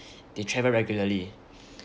they travel regularly